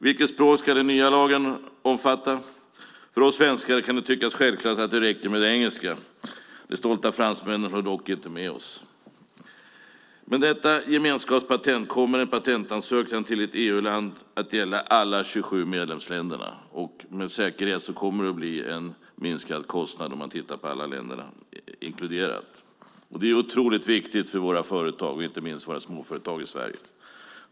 Vilket språk ska den nya lagen omfatta? För oss svenskar kan det tyckas självklart att det räcker med engelska. De stolta fransmännen höll dock inte med oss. Med detta gemenskapspatent kommer en patentansökan till ett EU-land att gälla alla 27 medlemsländerna. Med säkerhet kommer det att bli en minskad kostnad om man tittar på alla länderna inkluderade. Det är otroligt viktigt för våra företag, inte minst våra småföretag i Sverige.